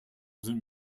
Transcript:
sind